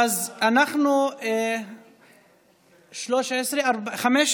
סעיפים 1 3 נתקבלו.